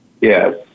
Yes